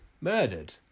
Murdered